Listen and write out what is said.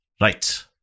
right